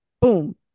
boom